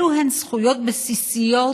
אלו הן זכויות בסיסיות,